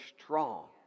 strong